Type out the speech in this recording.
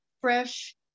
fresh